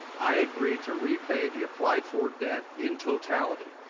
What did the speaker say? i agree to repay the applied-for debt in totality,